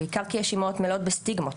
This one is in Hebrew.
בעיקר שיש אימהות מלאות בסטיגמות,